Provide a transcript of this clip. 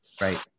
Right